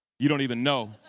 you don't even know.